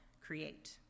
create